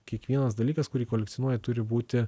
kiekvienas dalykas kurį kolekcionuoja turi būti